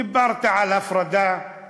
דיברת על הפרדה של